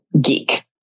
geek